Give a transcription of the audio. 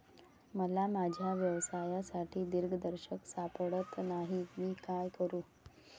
मला माझ्या व्यवसायासाठी दिग्दर्शक सापडत नाही मी काय करू?